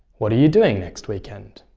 what are you doing next weekend?